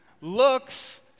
Looks